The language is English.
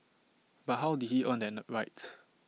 but how did he earn that the right